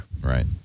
Right